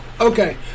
okay